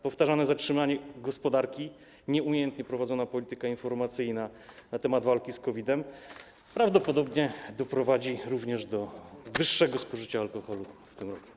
Powtarzane zatrzymanie gospodarki, nieumiejętnie prowadzona polityka informacyjna na temat walki z COVID-em prawdopodobnie doprowadzą również do wyższego spożycia alkoholu w tym roku.